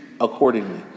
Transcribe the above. accordingly